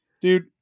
Dude